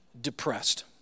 depressed